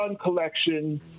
Collection